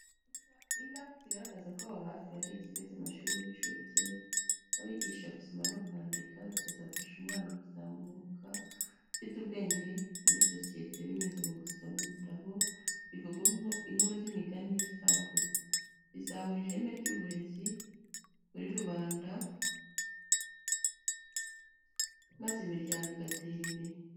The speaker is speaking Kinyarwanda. Ni ku cyapa kigaragaza ko aho hafi hari ikigo cy'amashuri y'inshuke abigisha gusoma no kwandika, bikazafasha umwana kuzamuka afite ubwenge muri sosiyete binyuze mu gusoma ibitabo bivuga inkuru n'imigani n'ibisakuzo bizamura ireme ry'ubureze muri rubanda maze imiryango igatera imbere.